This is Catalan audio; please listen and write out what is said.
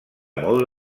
molt